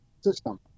system